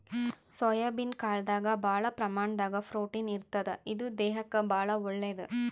soybean ಕಾಳ್ದಾಗ್ ಭಾಳ್ ಪ್ರಮಾಣದಾಗ್ ಪ್ರೊಟೀನ್ ಇರ್ತದ್ ಇದು ದೇಹಕ್ಕಾ ಭಾಳ್ ಒಳ್ಳೇದ್